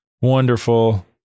wonderful